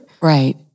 Right